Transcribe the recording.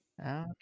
okay